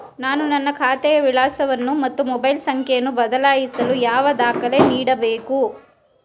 ನಾನು ನನ್ನ ಖಾತೆಯ ವಿಳಾಸವನ್ನು ಮತ್ತು ಮೊಬೈಲ್ ಸಂಖ್ಯೆಯನ್ನು ಬದಲಾಯಿಸಲು ಯಾವ ದಾಖಲೆ ನೀಡಬೇಕು?